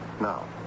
Now